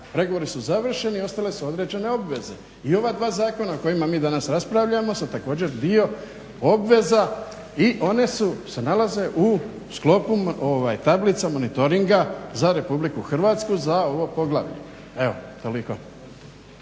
pregovori su završeni i ostale su određene obveze. I ova dva zakona o kojima mi danas raspravljamo su također dio obveza i one se nalaze u sklopu tablica monitoringa za RH za ovo poglavlje. Evo, toliko.